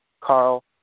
Carl